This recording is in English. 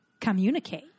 communicate